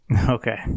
okay